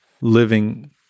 living